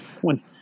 one